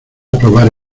aprobar